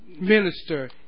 minister